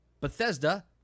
Bethesda